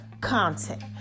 content